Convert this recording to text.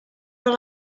roll